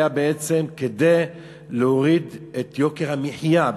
בעצם כדי להוריד את יוקר המחיה בישראל.